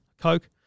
Coke